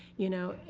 you know,